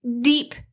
deep